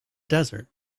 desert